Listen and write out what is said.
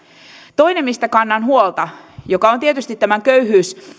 toinen mistä kannan huolta joka on tietysti tämän köyhyyskysymyksen